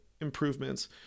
improvements